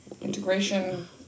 Integration